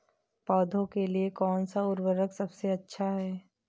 पौधों के लिए कौन सा उर्वरक सबसे अच्छा है?